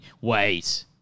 wait